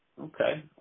Okay